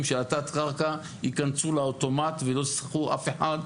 של התת קרקע ייכנסו לאוטומט ולא יצטרכו אף אחד.